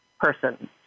person